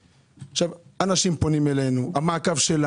אנשים פונים אלינו, אנחנו עושים מעקב,